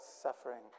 suffering